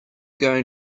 going